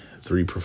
three